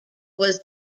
was